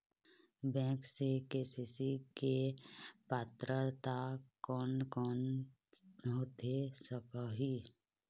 Bank से KCC के पात्रता कोन कौन होथे सकही?